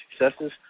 successes